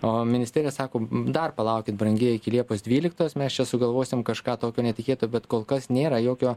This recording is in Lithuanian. o ministerija sako dar palaukit brangieji iki liepos dvyliktos mes čia sugalvosim kažką tokio netikėto bet kol kas nėra jokio